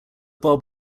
bob